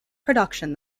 production